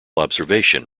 observation